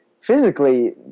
physically